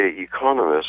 economists